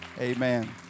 Amen